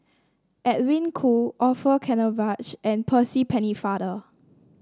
Edwin Koo Orfeur Cavenagh and Percy Pennefather